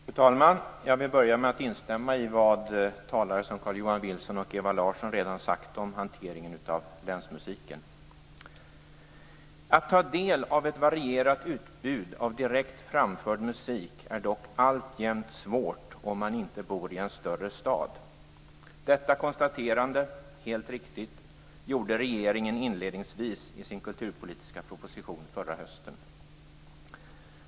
Fru talman! Jag vill börja med att instämma i vad talare som Carl-Johan Wilson och Ewa Larsson redan har sagt om hanteringen av länsmusiken. "Att ta del av ett varierat utbud av direkt framförd musik är dock alltjämt svårt, om man inte bor i en större stad." Detta konstaterande - helt riktigt - gjorde regeringen inledningsvis i sin kulturpolitiska proposition förra hösten.